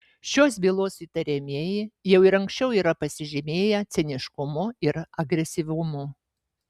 šios bylos įtariamieji jau ir anksčiau yra pasižymėję ciniškumu ir agresyvumu